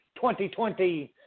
2020